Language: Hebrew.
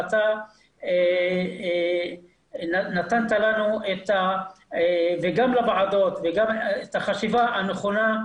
ואתה נתת לנו וגם לוועדות את החשיבה הנכונה,